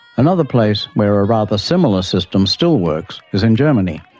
another place where a rather similar system still works is in germany,